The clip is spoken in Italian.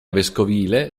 vescovile